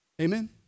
Amen